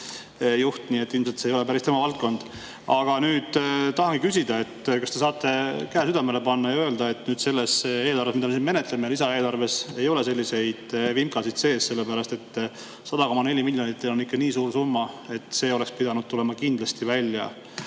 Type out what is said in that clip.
juht, nii et ilmselt see ei olnud päris tema valdkond. Aga nüüd tahangi küsida, et kas te saate käe südamele panna ja öelda, et nüüd selles lisaeelarves, mida me siin menetleme, ei ole selliseid vimkasid sees. Sellepärast et 100,4 miljonit on ikka nii suur summa, et see oleks pidanud kindlasti tulema